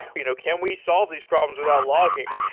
you know can we solve these problem without logging?